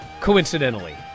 Coincidentally